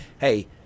hey